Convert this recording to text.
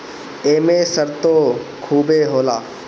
एमे सरतो खुबे होला